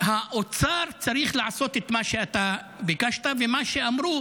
האוצר צריך לעשות את מה שאתה ביקשת ומה שאמרו